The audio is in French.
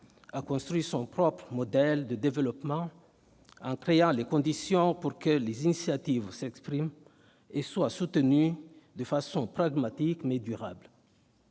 à construire son propre modèle de développement en créant les conditions pour que les initiatives s'expriment et soient soutenues de façon pragmatique, mais durable.